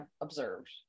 observed